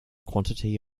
quantity